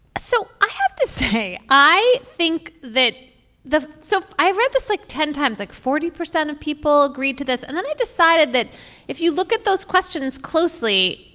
so i have to say i think that the so i read this like ten times like forty percent of people agreed to this and then i decided that if you look at those questions closely.